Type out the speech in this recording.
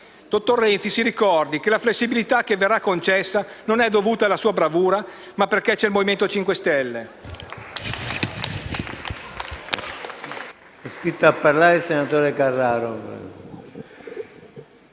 Dottor Renzi, si ricordi che la flessibilità che verrà concessa non è dovuta alla sua bravura, ma al fatto che c'è il Movimento 5 Stelle.